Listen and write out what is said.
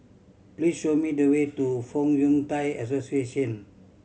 please show me the way to Fong Yun Thai Association